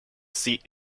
seat